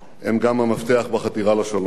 הוא גם המפתח בחתירה לשלום.